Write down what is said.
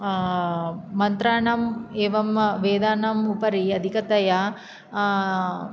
मन्त्राणाम् एवं वेदानाम् उपरि अधिकतया